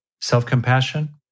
Self-compassion